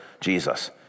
Jesus